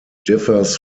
differs